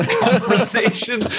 conversation